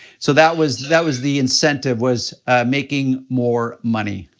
so that was that was the incentive was making more money.